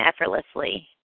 effortlessly